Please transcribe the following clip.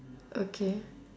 okay